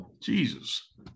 Jesus